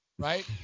right